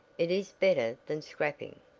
it is better than scrapping,